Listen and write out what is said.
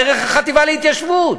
דרך החטיבה להתיישבות.